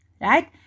right